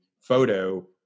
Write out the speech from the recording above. photo